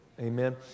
Amen